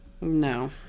No